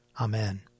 Amen